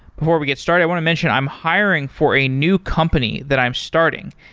before we get started, i want to mention i'm hiring for a new company that i'm starting,